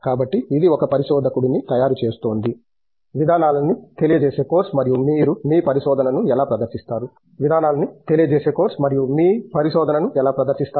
కాబట్టి ఇది ఒక పరిశోధకుడిని తయారుచేస్తోంది విధానాలని తెలియచేసే కోర్సు మరియు మీరు మీ పరిశోధనను ఎలా ప్రదర్శిస్తారు